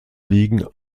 liegen